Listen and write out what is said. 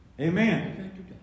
Amen